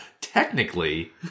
technically